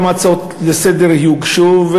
כמה הצעות לסדר-היום יוגשו.